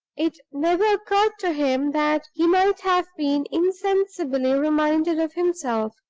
it never occurred to him that he might have been insensibly reminded of himself,